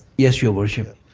yes, your worship.